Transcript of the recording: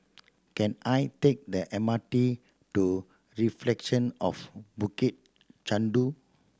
can I take the M R T to Reflections of Bukit Chandu